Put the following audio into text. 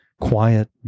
quiet